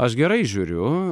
aš gerai žiūriu